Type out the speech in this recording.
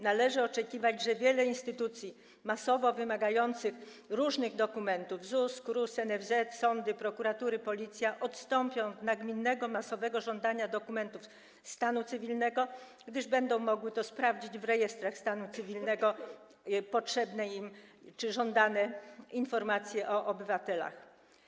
Należy oczekiwać, że wiele instytucji masowo wymagających różnych dokumentów, w tym ZUS, KRUS, NFZ, sądy, prokuratury, Policja, odstąpi od nagminnego masowego żądania dokumentów stanu cywilnego, gdyż będą mogły sprawdzić w rejestrach stanu cywilnego potrzebne im czy żądane przez nie informacje o obywatelach.